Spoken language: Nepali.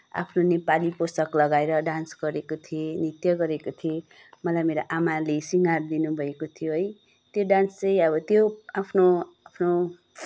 आफ्नो नेपाली पोसाक लगाएर डान्स गरेकी थिएँ नृत्य गरेकी थिएँ मलाई मेरी आमाले शृङ्गारदिनु भएको थियो है त्यो डान्स चाहिँ अब त्यो आफ्नो आफ्नो